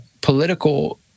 political